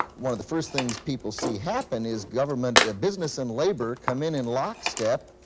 one of the first things people see happen is government business and labor come in in lock-step,